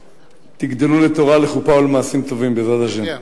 שתגדלו לתורה, לחופה ולמעשים טובים, בעזרת השם.